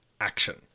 action